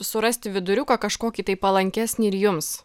surasti viduriuką kažkokį tai palankesnį ir jums